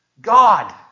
God